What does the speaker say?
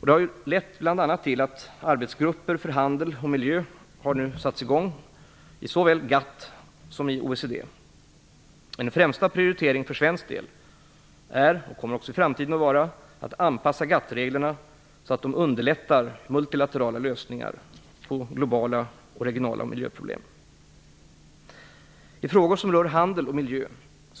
Detta har bl.a. lett till att arbetsgrupper för handel och miljö nu har satts i gång inom såväl GATT som OECD. En främsta prioritering för svensk del är och kommer också i framtiden att vara att anpassa GATT-reglerna så att de underlättar multilaterala lösningar på globala och regionala miljöproblem. I frågor som rör handel och miljö